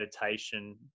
meditation